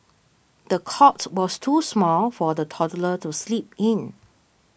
the cot was too small for the toddler to sleep in